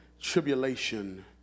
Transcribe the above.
tribulation